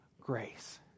grace